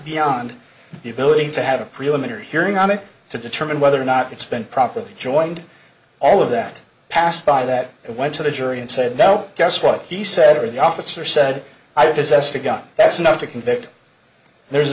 beyond the ability to have a preliminary hearing on it to determine whether or not it's been properly joined all of that passed by that it went to the jury and said out guess what he said or the officer said i discussed it got that's enough to convict there's